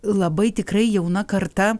labai tikrai jauna karta